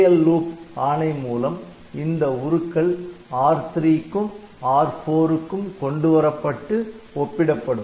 BAL Loop ஆணை மூலம் இந்த உருக்கள் R3 க்கும் R4 க்கும் கொண்டு வரப்பட்டு ஒப்பிடப்படும்